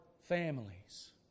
families